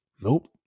Nope